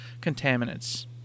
contaminants